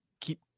keep